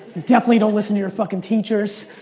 definitely don't listen to your fuckin' teachers,